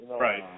Right